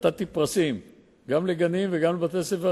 נעשה את הכול, גם בחיסכון אנרגטי.